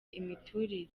imiturire